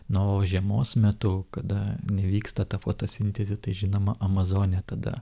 na o žiemos metu kada nevyksta ta fotosintezė tai žinoma amazonė tada